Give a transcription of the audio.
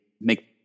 make